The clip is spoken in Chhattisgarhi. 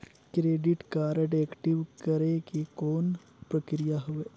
क्रेडिट कारड एक्टिव करे के कौन प्रक्रिया हवे?